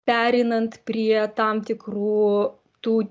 pereinant prie tam tikrų tų